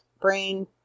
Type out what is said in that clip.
brain